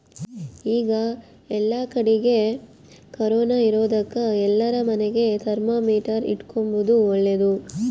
ಈಗ ಏಲ್ಲಕಡಿಗೆ ಕೊರೊನ ಇರೊದಕ ಎಲ್ಲಾರ ಮನೆಗ ಥರ್ಮಾಮೀಟರ್ ಇಟ್ಟುಕೊಂಬದು ಓಳ್ಳದು